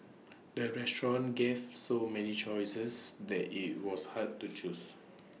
the restaurant gave so many choices that IT was hard to choose